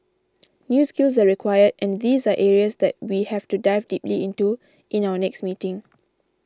new skills are required and these are areas that we have to dive deeply into in our next meeting